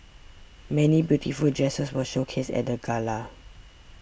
many beautiful dresses were showcased at the gala